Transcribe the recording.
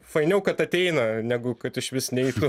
fainiau kad ateina negu kad išvis neitų